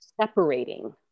separating